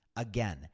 again